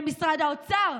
למשרד האוצר,